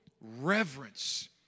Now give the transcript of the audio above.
reverence